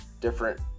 different